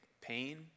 pain